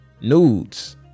Nudes